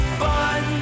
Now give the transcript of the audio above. fun